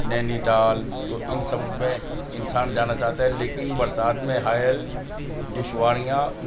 نینیتال تو ان سب میں انسان جانا چاہتا ہے لیکن برسات میں حائل دشواریاں